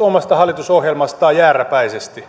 omasta hallitusohjelmastaan jääräpäisesti